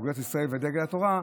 אגודת ישראל ודגל התורה,